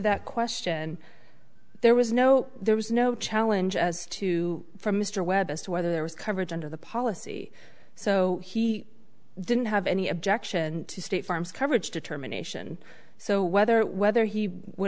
hat question there was no there was no challenge as to for mr webb as to whether there was coverage under the policy so he didn't have any objection to state farm's coverage determination so whether whether he would